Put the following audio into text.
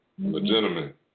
Legitimate